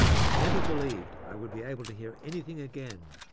i never believed i would be able to hear anything again,